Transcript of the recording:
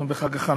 אנחנו בחג החנוכה.